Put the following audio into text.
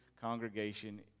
congregation